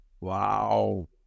Wow